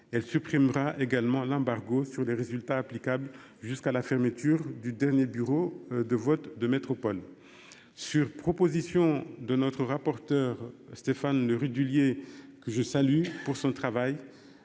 elle supprimera également l'embargo sur les résultats applicables jusqu'à la fermeture du dernier bureau de vote de métropole. Sur proposition de notre rapporteur Stéphane Le Rudulier que je salue, pour son travail.